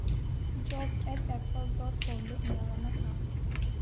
job at Apple dot ꯀꯣꯝꯗ email ꯑꯃ ꯊꯥꯎ